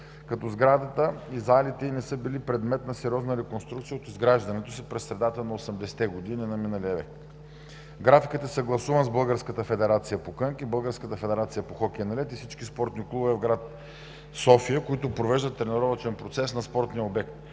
като сградата и залите не са били предмет на сериозна реконструкция от изграждането си в средата на 80-те години на миналия век. Графикът е съгласуван с Българската федерация по кънки, Българската федерация по хокей на лед и всички спортни клубове в град София, които провеждат тренировъчен процес на спортния обект.